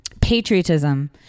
patriotism